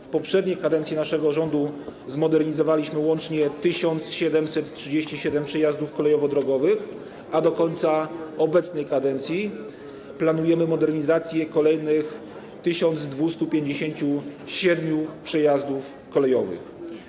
W poprzedniej kadencji naszego rządu zmodernizowaliśmy łącznie 1737 przejazdów kolejowo-drogowych, a do końca obecnej kadencji planujemy modernizację kolejnych 1257 przejazdów kolejowych.